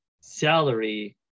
salary